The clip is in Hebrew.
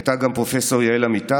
הייתה גם הפרופ' יעל אמיתי,